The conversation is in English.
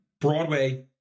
Broadway